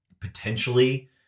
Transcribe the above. potentially